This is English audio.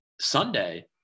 Sunday